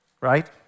right